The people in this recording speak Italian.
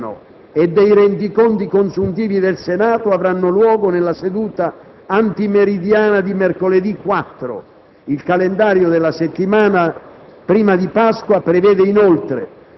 La discussione del bilancio interno e dei rendiconti consuntivi del Senato avranno luogo nella seduta antimeridiana di mercoledì 4. Il calendario della settimana